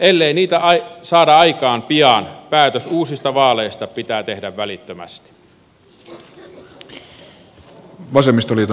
ellei niitä saada aikaan pian päätös uusista vaaleista pitää tehdä välittömästi